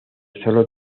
solo